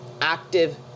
active